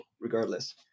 regardless